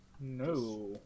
No